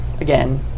again